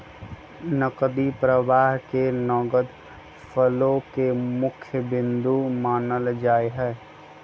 नकदी प्रवाह के नगद फ्लो के मुख्य बिन्दु मानल जाहई